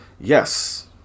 yes